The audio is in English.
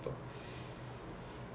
how is the all wings meeting